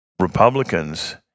Republicans